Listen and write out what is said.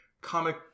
comic